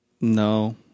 No